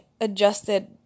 adjusted